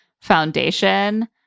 foundation